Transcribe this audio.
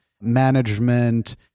management